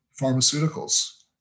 pharmaceuticals